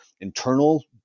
internal